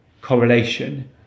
correlation